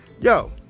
yo